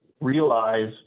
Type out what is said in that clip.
realize